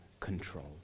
Control